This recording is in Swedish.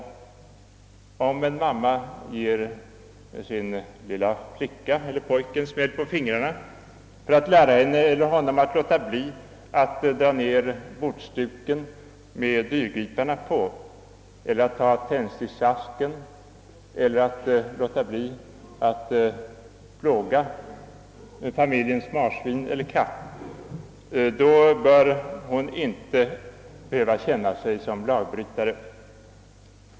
Om en mor ger sin lilla flicka eller pojke en smäll på fingrarna för att lära henne eller honom att låta bli att dra ner bordduken med dyrgriparna på, att ta tändsticksasken eller att plåga familjens marsvin eller huskatt, skall hon inte behöva känna sig som lagbrytare.